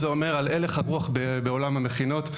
זה אומר על הלך הרוח בעולם המכינות.